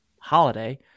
Holiday